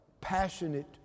passionate